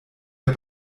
der